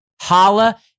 Holla